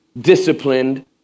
disciplined